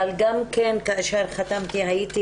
אבל גם כאשר חתמתי הייתי